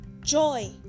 joy